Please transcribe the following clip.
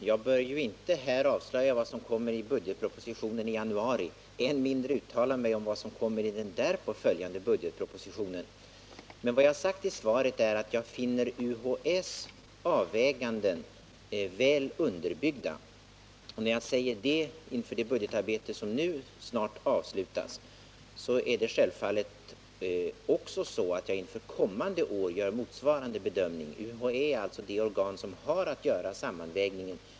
Herr talman! Jag bör inte här avslöja vad som kommer i budgetpropositionen i januari och än mindre uttala mig om vad som kommer i den därpå följande budgetpropositionen. Men vad jag sagt i svaret är att jag finner UHÄ:s avväganden väl underbyggda. När jag säger det inför det budgetarbete som nu snart avslutas är det självfallet också så, att jag inför kommande år gör motsvarande bedömning. UHÄ är alltså det organ som har att göra sammanvägningen.